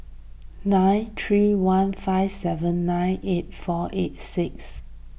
nine three one five seven nine eight four eight six